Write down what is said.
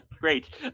Great